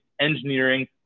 engineering